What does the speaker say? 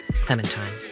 Clementine